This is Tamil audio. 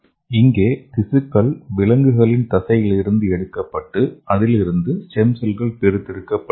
இங்கே திசுக்கள் விலங்குகளின் தசையிலிருந்து எடுக்கப்பட்டு அதிலிருந்து ஸ்டெம் செல்கள் பிரித்தெடுக்கப்படுகின்றன